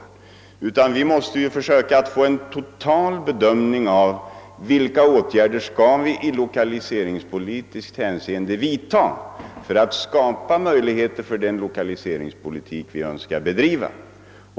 Vi måste i stället försöka få en total bedömning av vilka åtgärder vi i lokaliseringspolitiskt hänseende skall vidta för att skapa möjligheter för den lokaliseringspolitik som vi önskar bedriva.